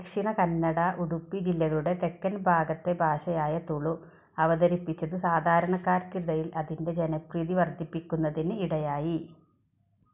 ദക്ഷിണ കന്നഡ ഉഡുപ്പി ജില്ലകളുടെ തെക്കൻ ഭാഗത്തെ ഭാഷയായ തുളു അവതരിപ്പിച്ചത് സാധാരണക്കാർക്കിടയിൽ അതിൻ്റെ ജനപ്രീതി വർധിപ്പിക്കുന്നതിന് ഇടയായി